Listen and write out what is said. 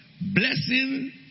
blessing